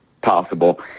possible